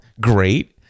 great